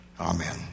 Amen